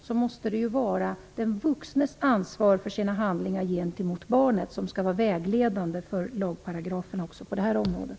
Det måste ju vara den vuxnes ansvar för sina handlingar gentemot barnet som skall vara vägledande för lagparagraferna även på det här området.